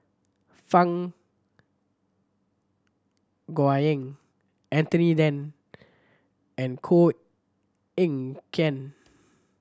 Fang Anthony Then and Koh Eng Kian